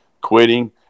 quitting